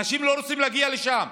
אנשים לא רוצים להגיע לשם.